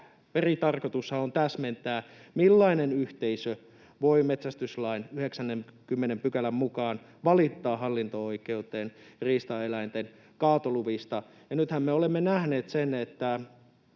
peritarkoitushan on täsmentää, millainen yhteisö voi metsästyslain 90 §:n mukaan valittaa hallinto-oikeuteen riistaeläinten kaatoluvista. Nythän me olemme nähneet sen, että